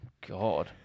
God